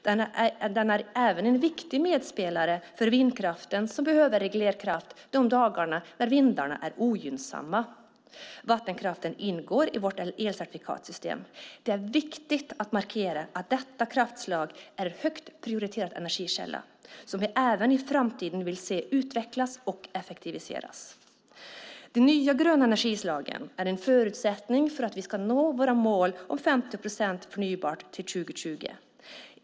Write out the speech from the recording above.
Den är även en viktig medspelare för vindkraften som behöver reglerkraft de dagarna när vindarna är ogynnsamma. Vattenkraften ingår i vårt elcertifikatssystem. Det är viktigt att markera att detta energislag är en högt prioriterad energikälla som vi även i framtiden vill se utvecklas och effektiviseras. De nya gröna energislagen är en förutsättning för att vi ska nå våra mål om 50 procent förnybart till 2020.